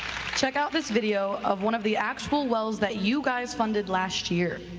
check out this video of one of the actual wells that you guys funded last year.